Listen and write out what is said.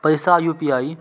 पैसा यू.पी.आई?